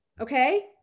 Okay